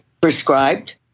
prescribed